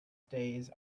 stays